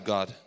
God